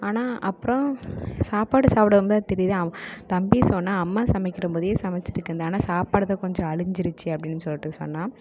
ஆனால் அப்புறம் சாப்பாடு சாப்பிடும்போது தான் தெரியுது தம்பி சொன்னான் அம்மா சமைக்கிற போல சமைச்சுருக்கந்த ஆனால் சாப்பாடுதான் கொஞ்சம் அழிஞ்சிடுச்சு அப்படின்னு சொல்லிட்டு சொன்னான்